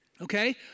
okay